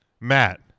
Matt